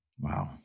Wow